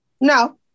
No